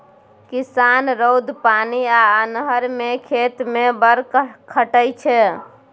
किसान रौद, पानि आ अन्हर मे खेत मे बड़ खटय छै